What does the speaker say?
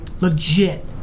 legit